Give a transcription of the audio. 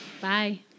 Bye